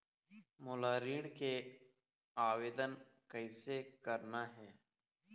मोला ऋण के आवेदन कैसे करना हे?